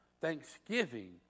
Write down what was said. Thanksgiving